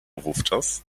wówczas